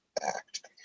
act